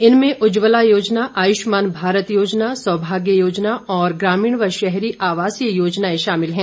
इनमें उज्जवला योजना आयुष्मान भारत योजना सौभाग्य योजना और ग्रामीण व शहरी आवासीय योजनाएं शामिल हैं